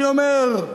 אני אומר,